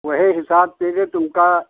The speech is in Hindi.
वही हिसाब से जो तुमका